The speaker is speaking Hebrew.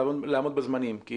לעמוד בזמנים,